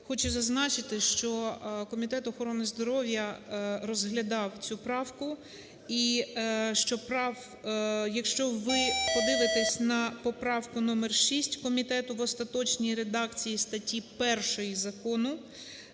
Хочу зазначити, що Комітет охорони здоров'я розглядав цю правку і що… якщо ви подивитесь на поправку номер 6 комітету в остаточній редакції статті 1 закону,